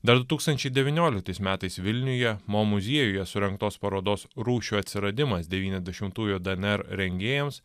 dar du tūkstančiai devynioliktais metais vilniuje mo muziejuje surengtos parodos rūšių atsiradimas devyniasdešimtųjų dnr rengėjams